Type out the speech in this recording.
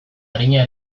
arina